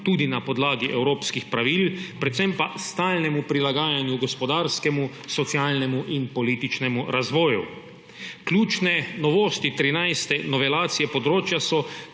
tudi na podlagi evropskih pravil, predvsem pa stalnemu prilagajanju gospodarskemu, socialnemu in političnemu razvoju. Ključne novosti 13. novelacije področja so: